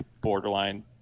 borderline